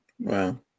Wow